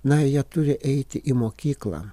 na jie turi eiti į mokyklą